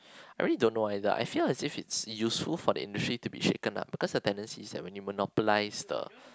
I really don't know why though I feel as if it's useful for the industry to be shaken up because the tendency is when you monopolize the